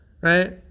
Right